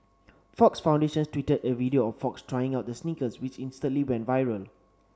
Fox Foundation tweeted a video of Fox trying out the sneakers which instantly went viral